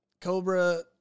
Cobra